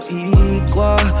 equal